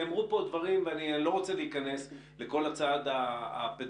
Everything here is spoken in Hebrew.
נאמרו פה דברים ואני לא רוצה להיכנס לכל הצד הפדגוגי.